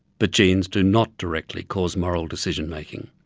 but genes do not directly cause moral decision-making.